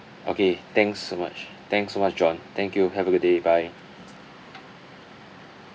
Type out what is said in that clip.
okay thanks so much thanks so much john thank you have a good day bye